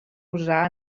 usar